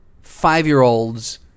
five-year-olds